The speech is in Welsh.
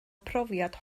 profiad